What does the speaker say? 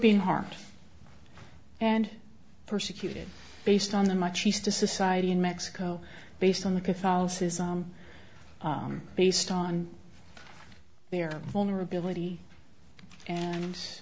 being harmed and persecuted based on the much east a society in mexico based on the catholicism based on their vulnerability and